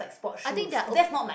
i think there are ok~